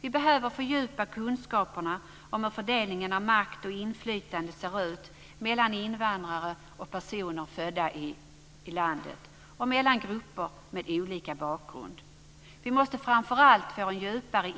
Vi behöver fördjupa kunskaperna om hur fördelningen av makt och inflytande ser ut mellan invandrare och personer födda i landet och mellan grupper med olika bakgrund. Vi måste framför allt få en djupare